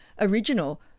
original